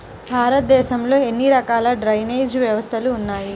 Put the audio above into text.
భారతదేశంలో ఎన్ని రకాల డ్రైనేజ్ వ్యవస్థలు ఉన్నాయి?